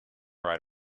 right